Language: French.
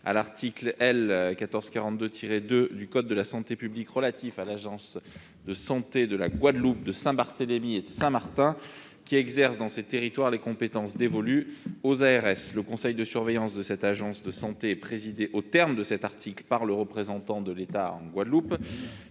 à l'article L. 1442-2 du code de la santé publique relatif à l'agence de santé de Guadeloupe, de Saint-Barthélemy et de Saint-Martin, qui exerce, dans ces territoires, les compétences dévolues aux ARS. Le conseil de surveillance de cette agence de santé est présidé, aux termes de cet article, par le représentant de l'État en Guadeloupe.